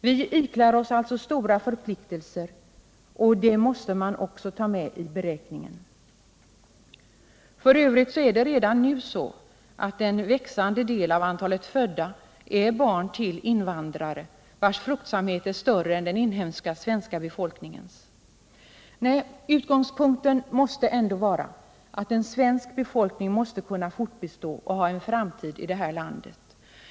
Vi iklär oss alltså stora förpliktelser, och det måste man också ta med i beräkningen. F. ö. är det redan nu så att en växande del av antalet födda är barn till invandrare, vilkas fruktsamhet är större än den inhemska svenska befolkningens. Nej, utgångspunkten måste ändå vara att en svensk befolkning måste kunna fortbestå och ha en framtid i det här landet.